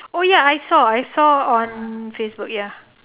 oh ya I saw I saw on facebook ya